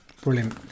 Brilliant